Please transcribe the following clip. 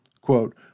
Quote